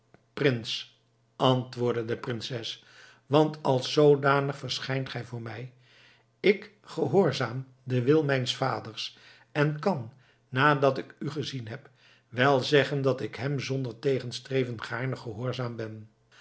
prins antwoordde de prinses want als zoodanig verschijnt gij voor mij ik gehoorzaam den wil mijns vaders en kan nadat ik u gezien heb wel zeggen dat ik hem zonder tegenstreven gaarne gehoorzaam ben